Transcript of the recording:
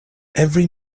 every